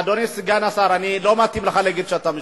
סגן השר, לא מתאים לך להגיד "אתה משקר".